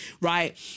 right